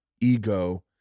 ego